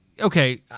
okay